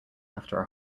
after